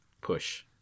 push